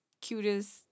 cutest